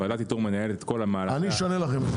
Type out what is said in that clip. ועדת איתור מנהלת- -- אשנה את זה.